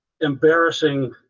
embarrassing